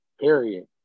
Period